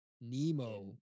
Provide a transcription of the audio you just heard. Nemo